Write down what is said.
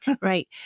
right